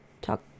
talk